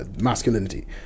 masculinity